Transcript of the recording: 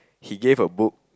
he gave a book